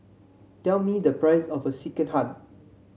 tell me the price of Sekihan